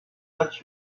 got